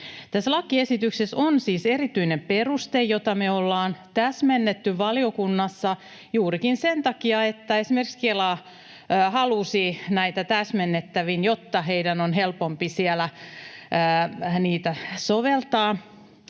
lakiesityksessä on siis erityinen peruste, jota me ollaan valiokunnassa täsmennetty juurikin sen takia, että esimerkiksi Kela halusi näitä täsmennettävän, jotta heidän on helpompi siellä niitä soveltaa.